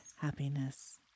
happiness